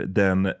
den